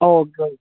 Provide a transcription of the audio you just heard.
okay